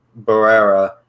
Barrera